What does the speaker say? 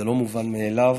זה לא מובן מאליו.